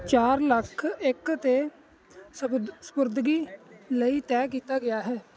ਚਾਰ ਲੱਖ ਇੱਕ 'ਤੇ ਸਬਦ ਸਪੁਰਦਗੀ ਲਈ ਤੈਅ ਕੀਤਾ ਗਿਆ ਹੈ